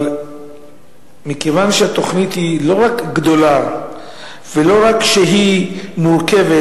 אבל מכיוון שהתוכנית היא לא רק גדולה ולא רק מורכבת,